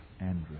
Andrew